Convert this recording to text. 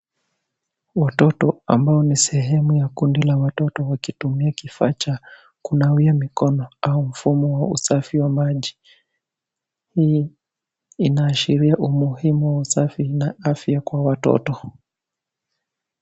Watoto ambao ni sehemu ya kundi la watoto wakitumia kifaa cha kunawia mikono au mfumo wa usafi wa maji. Inaashiria umuhimu wa usafi na afya kwa watoto.